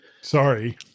Sorry